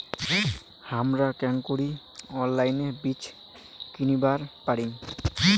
হামরা কেঙকরি অনলাইনে বীজ কিনিবার পারি?